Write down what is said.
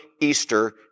Easter